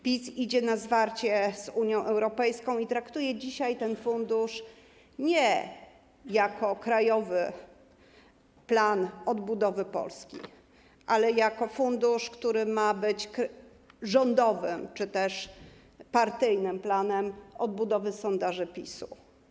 PiS idzie na zwarcie z Unią Europejską i traktuje dzisiaj ten fundusz nie jako Krajowy Plan Odbudowy Polski, ale jako fundusz, który ma być rządowym czy też partyjnym planem odbudowy sondaży PiS-u.